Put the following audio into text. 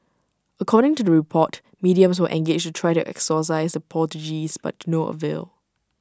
according to the report mediums were engaged to try to exorcise the poltergeists but to no avail